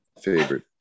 favorite